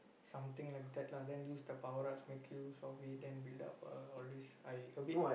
something like that lah then use the power ups make use of it then build up uh all this I a bit